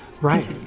right